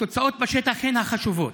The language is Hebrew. התוצאות בשטח הן החשובות.